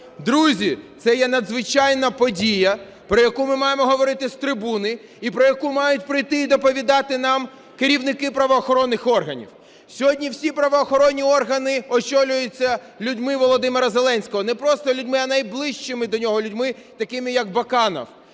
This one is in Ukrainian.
Друзі, це є надзвичайна подія, про яку ми маємо говорити з трибуни, і про яку мають прийти і доповідати нам керівники правоохоронних органів. Сьогодні всі правоохоронні органи очолюються людьми Володимира Зеленського. Не просто людьми, а найближчими до нього людьми, такими, як Баканов,